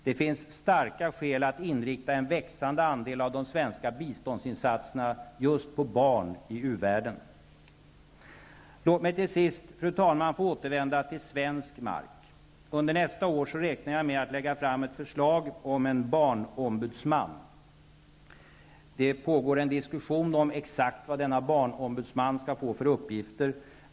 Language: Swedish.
Det finns starka skäl att inrikta en växande andel av de svenska biståndsinsatserna på barn i uvärlden. Fru talman! Låt mig till sist återvända till svensk mark. Under nästa år räknar jag med att lägga fram ett förslag om en barnombudsman. Det pågår en diskussion om vad denna barnombudsman exakt skall få för uppgifter.